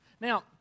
Now